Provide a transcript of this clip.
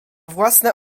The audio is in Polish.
własne